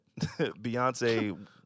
Beyonce